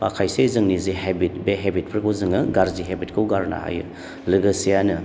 बा खायसे जोंनि जे हेबिट बे हेबिटफोरखौ जोङो गाज्रि हेबिटखौ गारनो हायो लोगोसेयैनो